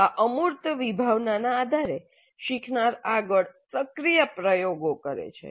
આ અમૂર્ત વિભાવનાના આધારે શીખનાર આગળ સક્રિય પ્રયોગો કરે છે